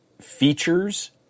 features